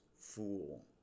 fool